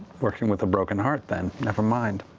working with a broken heart, then. nevermind.